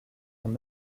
ton